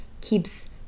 keeps